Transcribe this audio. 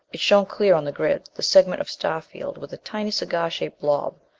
it shone clear on the grid the segment of star-field with a tiny cigar-shaped blob.